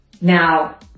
Now